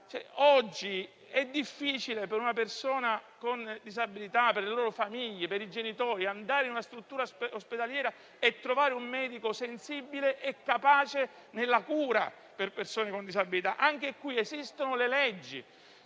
Oggi è difficile, per una persona con disabilità, per la sua famiglia, per i genitori, andare in una struttura ospedaliera e trovare un medico sensibile e capace nella cura di persone con disabilità. Anche qui, esistono le leggi.